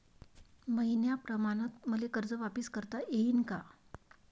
मईन्याप्रमाणं मले कर्ज वापिस करता येईन का?